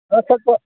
ہاں سر تو